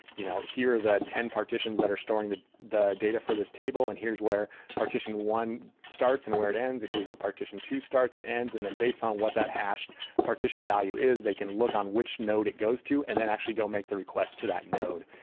you know here are the ten partitions that are storing the the data for this table and here's where partition one starts and where it ends it. here's where partition two starts and ends. and then based on what that hashed partition value is, they can look on which node it goes to and then actually go make the request to that node.